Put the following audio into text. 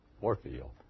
Warfield